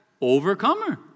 overcomer